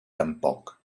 tampoc